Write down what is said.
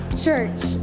church